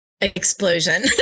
explosion